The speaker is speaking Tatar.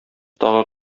тагы